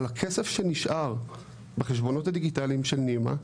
על הכסף שנשאר בחשבונות הדיגיטליים של נימא,